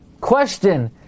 Question